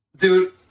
Dude